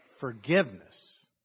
forgiveness